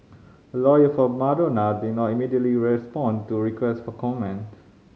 a lawyer for Madonna did not immediately respond to request for comment